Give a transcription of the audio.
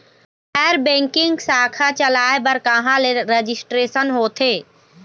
गैर बैंकिंग शाखा चलाए बर कहां ले रजिस्ट्रेशन होथे?